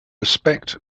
respect